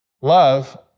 Love